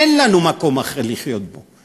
אין לנו מקום אחר לחיות בו.